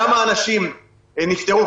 כמה אנשים נפטרו,